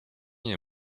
nie